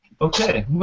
Okay